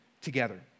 together